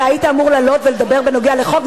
היית אמור לעלות ולדבר בנוגע לחוק,